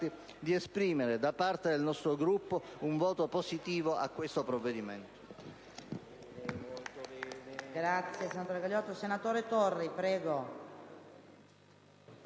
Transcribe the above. soldati - da parte del nostro Gruppo un voto positivo su questo provvedimento.